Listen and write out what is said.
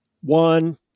One